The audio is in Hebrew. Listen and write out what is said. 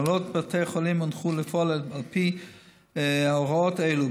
הנהלות בתי החולים הונחו לפעול על פי ההוראות האלה.